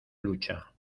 lucha